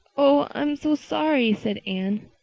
oh, i'm so sorry, said anne,